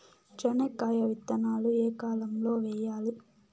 చెనక్కాయ విత్తనాలు ఏ కాలం లో వేయాలి?